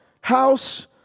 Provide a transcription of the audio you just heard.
house